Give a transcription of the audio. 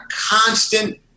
constant